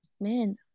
Men